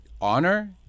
honor